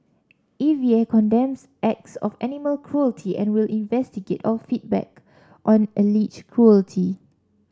E V A condemns acts of animal cruelty and will investigate all feedback on alleged cruelty